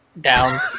down